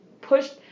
pushed